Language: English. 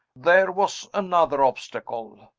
there was another obstacle!